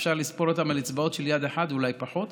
אפשר לספור אותם על אצבעות של יד אחת, אולי פחות,